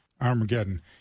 armageddon